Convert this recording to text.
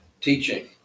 teaching